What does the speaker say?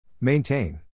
Maintain